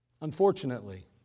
unfortunately